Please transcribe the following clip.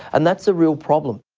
and that's a real problem.